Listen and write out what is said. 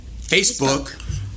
Facebook